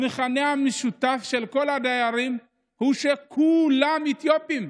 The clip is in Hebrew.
המכנה המשותף של כל הדיירים הוא שכולם אתיופים,